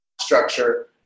structure